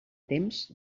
temps